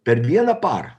per vieną parą